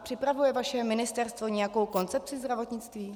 Připravuje vaše ministerstvo nějakou koncepci zdravotnictví?